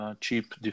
Cheap